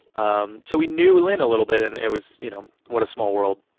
um so we knew lin a little bit, and it was you know, what a small world.